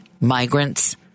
migrants